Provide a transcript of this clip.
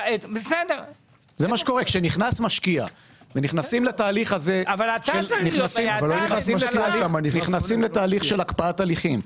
כשנכנס משקיע ונכנסים לתהליך של הקפאת הליכים.